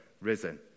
risen